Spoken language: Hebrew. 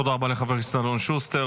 תודה רבה לחבר הכנסת אלון שוסטר.